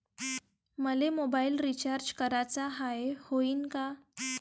मले mobile recharge कराचा हाय, होईनं का?